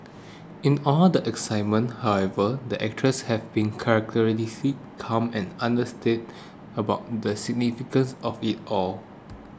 in all the excitement however the actress have been characteristically calm and understated about the significance of it all